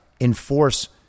enforce